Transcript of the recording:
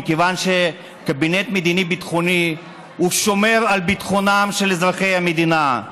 מכיוון שקבינט מדיני-ביטחוני שומר על ביטחונם של אזרחי המדינה,